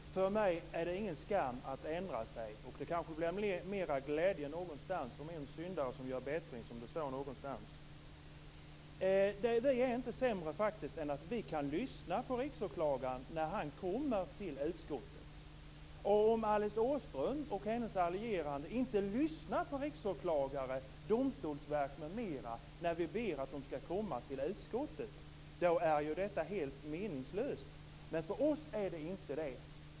Fru talman! För mig är det ingen skam att ändra sig. Det kanske blir mera glädje om en syndare gör bättring, som det står någonstans. Vi är inte sämre än att vi kan lyssna på Riksåklagaren när han kommer till utskottet. Om Alice Åström och hennes allierade inte lyssnar på riksåklagare, domstolsverk m.m. när vi ber att de skall komma till utskottet är detta helt meningslöst. Men för oss är det inte det.